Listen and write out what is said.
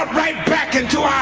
right back into ah